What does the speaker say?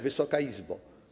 Wysoka Izbo!